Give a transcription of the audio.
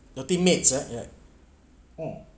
your teammates uh right mm